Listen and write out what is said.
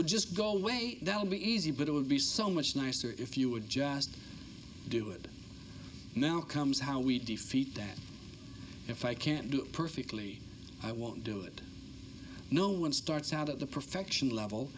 would just go away that would be easy but it would be so much nicer if you would just do it now comes how we defeat that if i can't do it perfectly i won't do it no one starts out at the perfection level